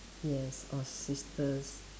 yes our sisters